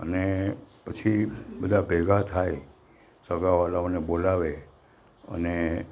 અને પછી બધા ભેગા થાય સગા વ્હાલાઓને બોલાવે અને